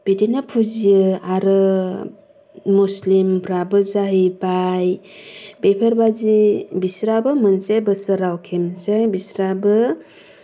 बिदिनो फुजियो आरो मुस्लिमफ्राबो जाहैबाय बेफोर बादि बिस्राबो मोनसे बोसोराव खेनसे बिस्राबो